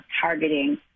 targeting